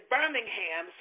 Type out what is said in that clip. Birmingham